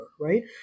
Right